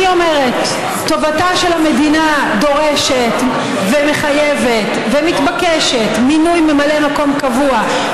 אומרת: טובתה של המדינה דורשת ומחייבת ומתבקש מינוי ממלא מקום קבוע,